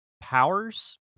powers